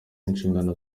inshingano